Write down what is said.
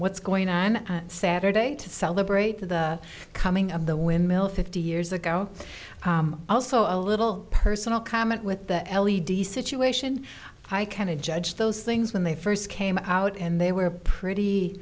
what's going on saturday to celebrate the coming of the windmill fifty years ago also a little personal comment with the l e d situation hi ken a judge those things when they first came out and they were pretty